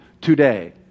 today